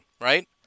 right